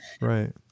Right